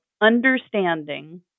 understanding